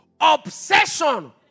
obsession